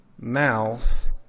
mouth